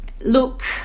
Look